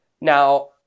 Now